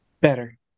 better